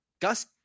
Gus